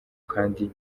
kandi